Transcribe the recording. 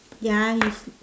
ya you sleep